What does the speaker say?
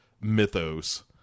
mythos